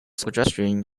suggestion